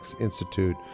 Institute